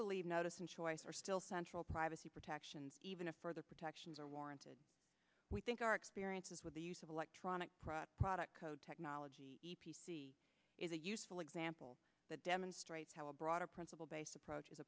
believe notice and choice are still central privacy protections even a further protections are warranted we think our experiences with the use of electronic product code technology is a useful example that demonstrates how a broader principle based approach is